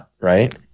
right